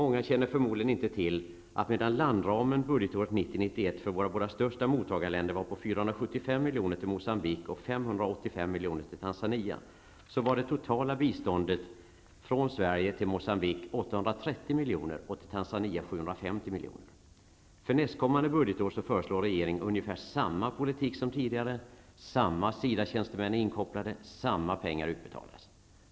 Många känner förmodligen inte till att medan landramen budgetåret 1990/91 för våra båda största mottagarländer var på 475 miljoner till 830 milj.kr. och till Tanzania 750 milj.kr. För nästkommande budgetår föreslår regeringen ungefär samma politik som tidigare. Samma SIDA tjänstemän är inkopplade och samma summa pengar utbetalas.